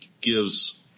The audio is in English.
gives